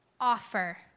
offer